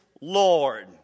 Lord